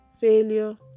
failure